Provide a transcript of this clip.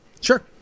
Sure